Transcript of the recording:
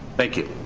thank you.